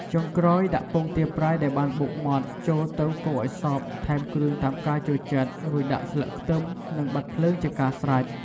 ចុងក្រោយ ដាក់ពងទាប្រៃដែលបានបុកម៉ដ្ឋ ចូលទៅកូរឱ្យសព្វ ថែមគ្រឿងតាមការចូលចិត្ត រួចដាក់ស្លឹកខ្ទឹម និងបិទភ្លើងជាការស្រេច។